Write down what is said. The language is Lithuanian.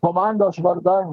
komandos vardan